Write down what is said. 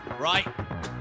Right